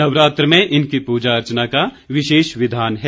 नवरात्र में इनकी पूजा अर्चना का विशेष विधान है